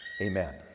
Amen